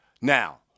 Now